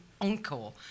encore